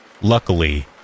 Luckily